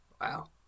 wow